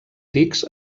dics